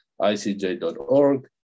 icj.org